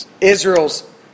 Israel's